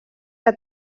que